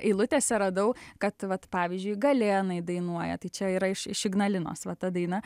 eilutėse radau kad vat pavyzdžiui galėnai dainuoja tai čia yra iš iš ignalinos va ta daina